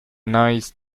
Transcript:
nice